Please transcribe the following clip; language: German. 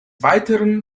weiteren